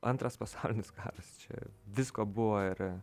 antras pasaulinis karas čia visko buvo ir